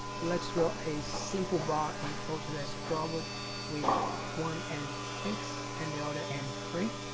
let's draw a simple bar in autodesk robot with one end fix and the other end free